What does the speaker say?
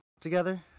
together